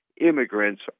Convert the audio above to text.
immigrants